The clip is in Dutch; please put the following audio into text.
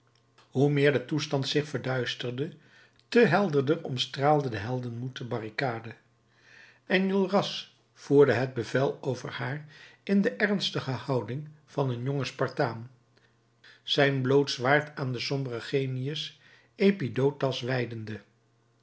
hoe meer de toestand zich verduisterde te helderder omstraalde de heldenmoed de barricade enjolras voerde het bevel over haar in de ernstige houding van een jongen spartaan zijn bloot zwaard aan den somberen genius epidotas wijdende